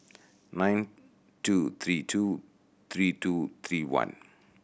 nine two three two three two three one